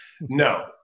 no